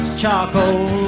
charcoal